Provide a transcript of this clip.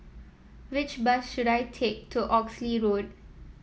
which bus should I take to Oxley Road